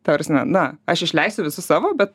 ta prasme na aš išleisiu visus savo bet